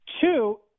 Two